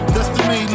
Destiny